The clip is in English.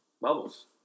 bubbles